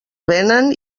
venen